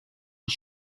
his